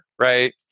right